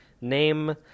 name